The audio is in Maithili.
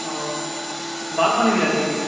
ओ अऽ बाहरक पानि भी आयल छै की